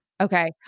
Okay